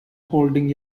holding